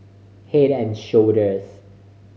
Head and Shoulders